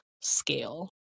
scale